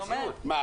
אני אומרת- -- מה?